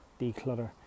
declutter